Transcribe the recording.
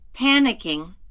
Panicking